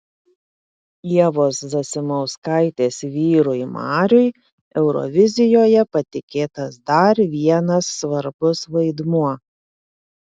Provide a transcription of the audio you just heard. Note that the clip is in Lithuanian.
ievos zasimauskaitės vyrui mariui eurovizijoje patikėtas dar vienas svarbus vaidmuo